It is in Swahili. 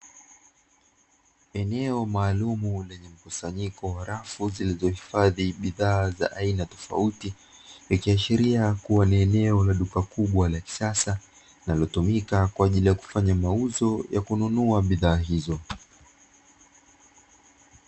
Eneo maalumu lenye mkusanyiko wa rafu zilizohifadhi bidhaa za aina tofauti, ikiashiria kuwa ni eneo la duka kubwa la kisasa linalotumika kwa ajili ya kufanya mauzo ya kununua bidhaa hizo.